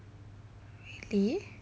really